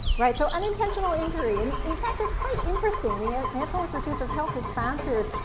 right, so unintentional injury, and, in fact, is quite interesting the national institute of health has sponsored